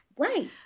Right